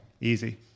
Easy